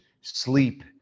sleep